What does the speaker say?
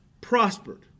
prospered